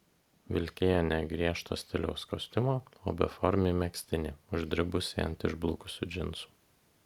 vilkėjo ne griežto stiliaus kostiumą o beformį megztinį uždribusį ant išblukusių džinsų